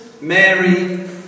Mary